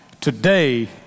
Today